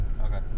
Okay